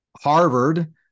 Harvard